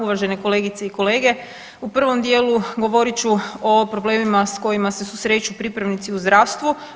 Uvažene kolegice i kolege, u prvom dijelu govorit ću o problemima s kojima se susreću pripravnici u zdravstvu.